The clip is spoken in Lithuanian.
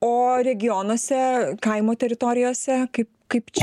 o regionuose kaimo teritorijose kaip kaip čia